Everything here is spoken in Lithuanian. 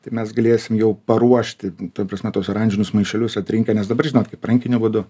tai mes galėsim jau paruošti ta prasme tuos oranžinius maišelius atrinkę nes dabar žinot kaip rankiniu būdu